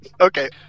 okay